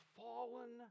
fallen